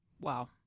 Wow